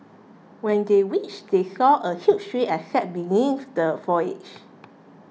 when they reached they saw a huge tree and sat beneath the foliage